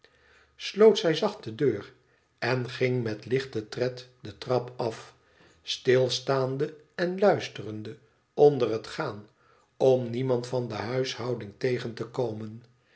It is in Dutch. sloot zij zacht de deur en ging met lichten tred de trap af stilstaande en luisterende onder het gaan om niemand van de huishouding tegen te komen